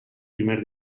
primer